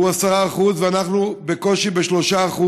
הוא 10%, ואנחנו בקושי ב-3%.